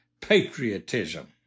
patriotism